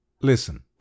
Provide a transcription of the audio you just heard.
Listen